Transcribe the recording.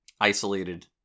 isolated